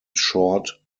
short